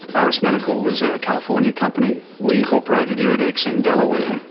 iris medical was a california company, we incorporated iridex in delaware,